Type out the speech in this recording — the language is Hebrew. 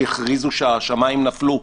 כשהכריזו שהשמיים נפלו,